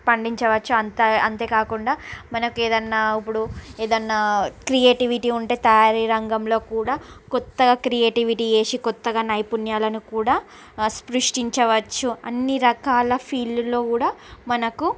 పండించవచ్చు అంతే కాకుండా మనకు ఎదన్నా ఇప్పుడు ఏదన్నా క్రియేటివిటీ ఉంటే తయారీ రంగంలో కూడా కొత్తగా క్రియేటివిటీ చేసి కొత్తగా నైపుణ్యాలను కూడా సృష్టించవచ్చు అన్నీ రకాల ఫీల్డ్లో కూడా మనకు